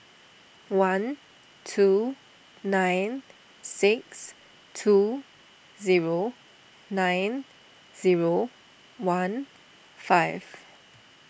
one two nine six two zero nine zero one five